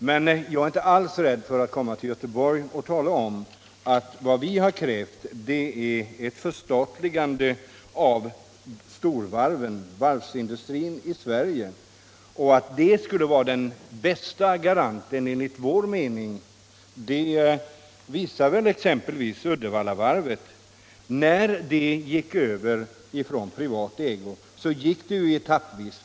Men jag är inte alls rädd för att komma till Göteborg och tala om att vi har krävt ett förstatligande av varvsindustrin i Sverige. Att det enligt vår mening skulle vara den bästa garanten visar exempelvis Uddevallavarvet. När det varvet gick över från privat ägo skedde det etappvis.